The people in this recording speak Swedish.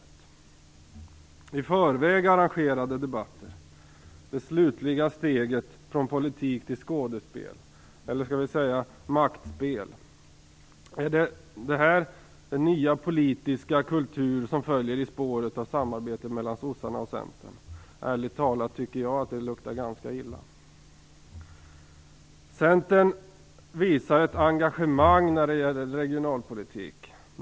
Är i förväg arrangerade debatter - det slutliga steget från politik till skådespel, eller kanske maktspel - den nya politiska kultur som följer i spåren av samarbetet mellan sossarna och Centern? Ärligt talat tycker jag att det luktar ganska illa. Centern visar ett engagemang när det gäller regionalpolitiken.